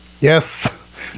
yes